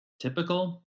typical